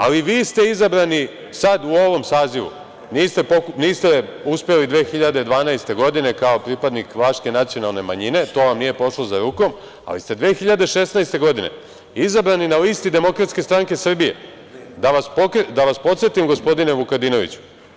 Ali vi ste izabrani sad u ovom sazivu, niste uspeli 2012. godine kao pripadnik vlaške nacionalne manjine, to vam nije pošlo za rukom, ali ste 2016. godine izabrani na listi DSS, da vas podsetim gospodine Vukadinoviću.